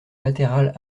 latérales